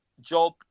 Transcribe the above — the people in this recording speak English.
job